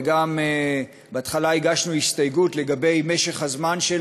וגם בהתחלה הגשנו הסתייגות לגבי משך הזמן של